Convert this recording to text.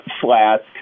flask